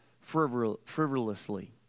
frivolously